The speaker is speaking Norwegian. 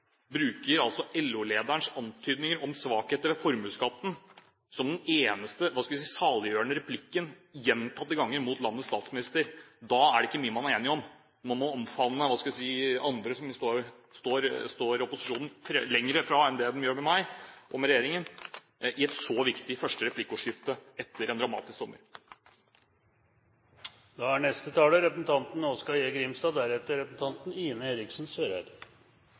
bruker LO-lederens antydninger om svakheter ved formuesskatten som den eneste saliggjørende replikken overfor landets statsminister. Det er ikke mye man er enige om når man må omfavne andre som står langt fra opposisjonen i et så viktig første replikkordskifte etter en dramatisk sommer. Mens verda rundt oss er